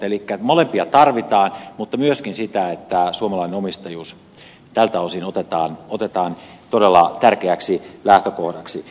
elikkä molempia tarvitaan mutta myöskin sitä että suomalainen omistajuus tältä osin otetaan todella tärkeäksi lähtökohdaksi